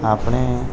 આપણે